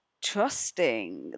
trusting